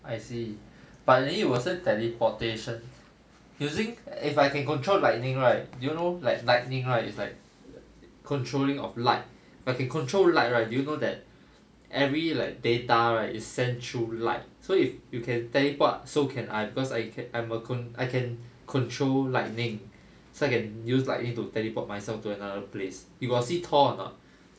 I see partly 我是 teleportation using if I can control lightning right you know like lightning right is like controlling of light but can control light right do you know that every like data is sent through light so if you can teleport so can I cause I can I'm a con~ I can control lightning so I can use lightning to teleport myself to another place you got see thor or not